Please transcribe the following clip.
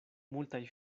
multaj